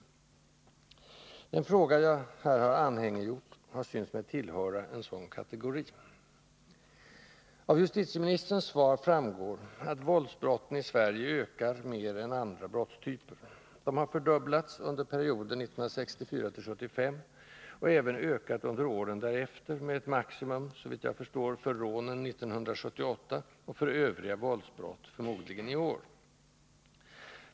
Den fråga jag här har anhängiggjort har synts mig tillhöra en sådan kategori. Av justitieministerns svar framgår att våldsbrotten i Sverige ökar mer än andra brottstyper. De har fördubblats under perioden 1964-1975 och har även ökat under åren därefter med ett maximum, såvitt jag förstår, för rånen 1978 och för övriga våldsbrott i år.